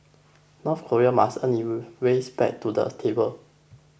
North Korea must earn ways back to the table